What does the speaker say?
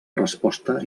resposta